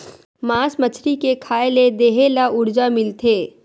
मास मछरी के खाए ले देहे ल उरजा मिलथे